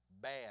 bad